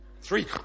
three